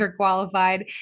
underqualified